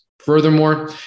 Furthermore